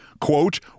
quote